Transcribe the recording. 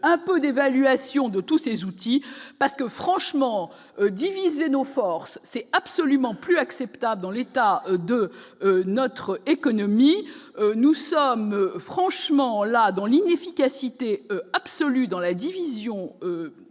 un peu d'évaluation de tous ces outils, parce que franchement diviser nos forces, c'est absolument plus acceptable dans l'état de notre économie, nous sommes franchement là dans l'inefficacité absolue dans la division